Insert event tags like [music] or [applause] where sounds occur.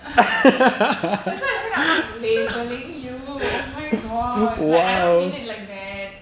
[noise] that's why I'm not labelling you oh my god like I don't mean it like that